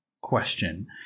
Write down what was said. question